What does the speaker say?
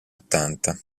ottanta